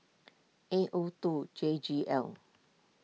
A O two J G L